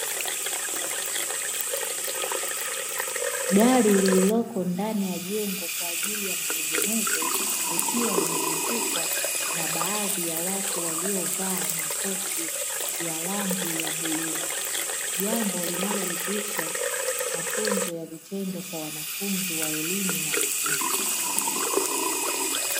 Gari lililoko ndani ya jengo kwa ajili ya matengenezo likiwa limezungukwa na baadhi ya watu waliyovaa makoti ya rangi ya bluu, jambo linalodhihirisha mafunzo ya vitendo kwa wanafunzi wa elimu ya ufundi.